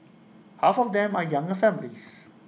half of them are younger families